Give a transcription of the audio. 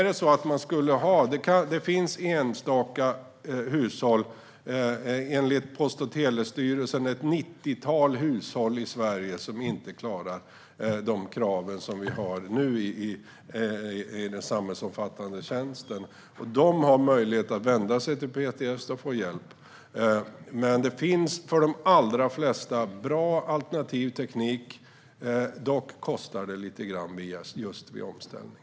Det finns enstaka hushåll - enligt Post och telestyrelsen ett nittiotal hushåll i Sverige - för vilka man inte klarar de krav som vi ställer när det gäller samhällsomfattande tjänster. De har möjlighet att vända sig till PTS för att få hjälp. Men för de allra flesta finns det bra alternativ teknik. Dock kostar det lite grann vid omställningen.